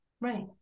right